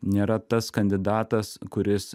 nėra tas kandidatas kuris